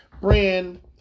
brand